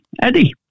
Eddie